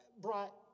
brought